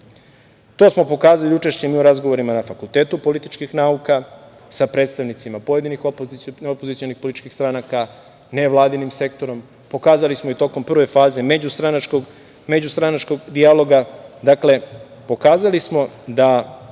smo pokazali i učešćem u razgovorima na Fakultetu političkih nauka sa predstavnicima pojedinih opozicionih političkih stranaka, nevladinim sektorom, pokazali smo i tokom prve faze međustranačkog dijaloga, dakle, pokazali smo da